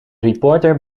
reporter